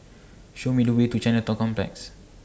Show Me The Way to Chinatown Complex